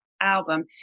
album